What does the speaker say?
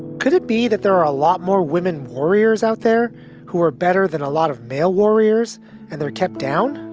could it be that there are a lot more women warriors out there who are better than a lot of male warriors and they're kept down?